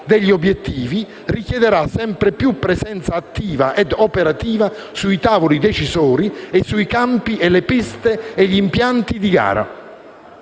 degli obiettivi richiederà sempre più presenza attiva e operativa sui tavoli decisori, sui campi, sulle piste e sugli impianti di gara.